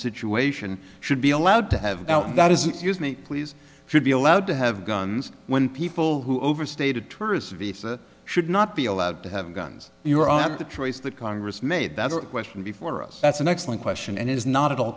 situation should be allowed to have that is excuse me please should be allowed to have guns when people who overstated tourist visa should not be allowed to have guns you or i have the choice that congress made that question before us that's an excellent question and it is not at all